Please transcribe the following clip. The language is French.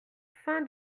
fin